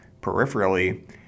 peripherally